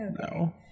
no